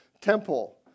temple